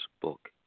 book